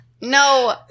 No